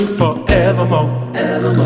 forevermore